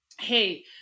Hey